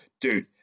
Dude